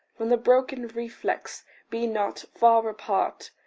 from the broken reflex be not far apart.